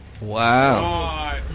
Wow